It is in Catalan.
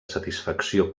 satisfacció